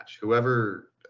Whoever